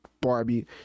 Barbie